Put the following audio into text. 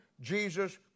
Jesus